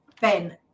Ben